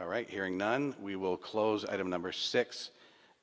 all right hearing none we will close i don't number six